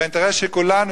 כשהאינטרס של כולנו,